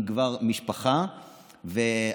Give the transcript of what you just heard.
עם משפחה כבר,